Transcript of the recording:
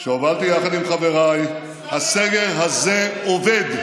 שהובלתי יחד עם חבריי, הסגר הזה עובד.